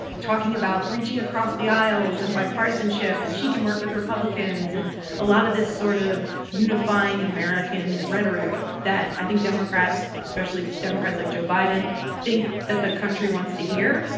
talking about reaching across the aisles and bipartisanship bipartisanship and she can work with republicans and a lot of this sort of unifying american rhetoric that i think democrats, especially democrats like joe biden, think that the country wants to hear.